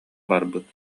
барбыт